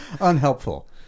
Unhelpful